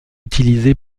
utilisée